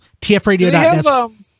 tfradio.net